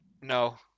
No